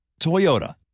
Toyota